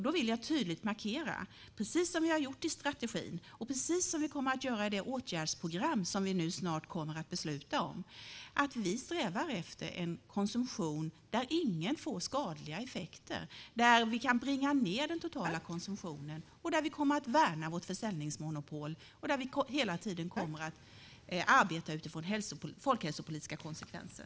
Jag vill tydligt markera, precis som vi har gjort i strategin och som vi kommer att göra i det åtgärdsprogram som vi snart kommer att besluta om, att vi strävar efter en konsumtion där ingen får skadliga effekter samt efter att bringa ned den totala konsumtionen. Vi kommer att värna vårt försäljningsmonopol och kommer hela tiden att arbeta utifrån folkhälsopolitiska konsekvenser.